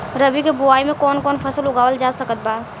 रबी के बोआई मे कौन कौन फसल उगावल जा सकत बा?